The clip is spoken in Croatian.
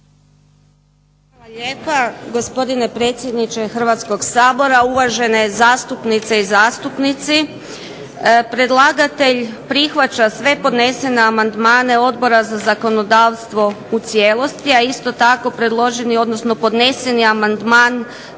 Hvala lijepa gospodine predsjedniče Hrvatskog sabora, uvažene zastupnice i zastupnici. Predlagatelj prihvaća sve podnesene amandmane Odbora za zakonodavstvo u cijelosti, a isto tako predloženi, odnosno podneseni amandman